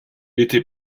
était